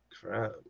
crap